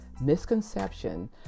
misconception